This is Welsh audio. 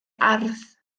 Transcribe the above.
ardd